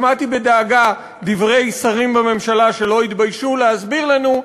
שמעתי בדאגה דברי שרים בממשלה שלא התביישו להסביר לנו,